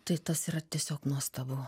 tai tas yra tiesiog nuostabu